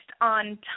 on